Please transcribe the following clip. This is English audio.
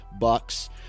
bucks